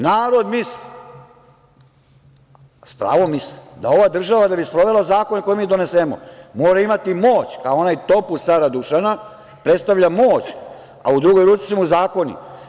Narod misli, s pravom misli, da ova država da bi sprovela zakone koje mi donesemo mora imati moć, kao onaj topuz cara Dušana, predstavlja moć, a u drugoj ruci su mu zakoni.